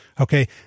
Okay